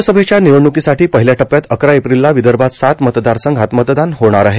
लोकसभेच्या निवडणुकीसाठी पहिल्या टप्प्यात अकरा एप्रिलला विदर्भात सात मतदारसंघात मतदान होणार आहे